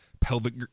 pelvic